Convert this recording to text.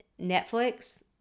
Netflix